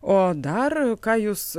o dar ką jūs